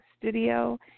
studio